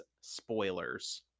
spoilers